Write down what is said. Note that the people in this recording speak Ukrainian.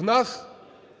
У нас,